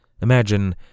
Imagine